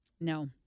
No